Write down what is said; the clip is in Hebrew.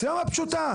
סצנה פשוטה,